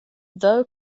thou